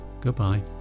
Goodbye